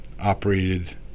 operated